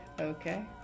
Okay